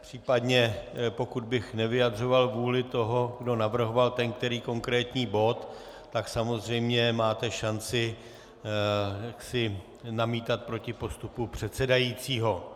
Případně pokud bych nevyjadřoval vůli toho, kdo navrhoval ten který konkrétní bod, tak samozřejmě máte šanci namítat proti postupu předsedajícího.